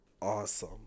awesome